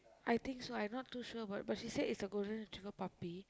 I think so I not too sure about but she say it's a golden retriever puppy